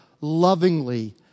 lovingly